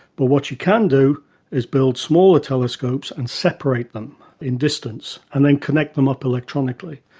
but what you can do is build smaller telescopes and separate them in distance and then connect them up electronically.